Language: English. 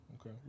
Okay